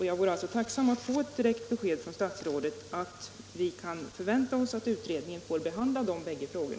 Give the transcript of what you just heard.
Jag vore därför tacksam för att få ett besked från statsrådet om vi kan förvänta oss att utredningen kommer att kunna behandla dessa båda frågor.